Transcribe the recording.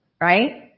right